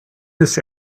this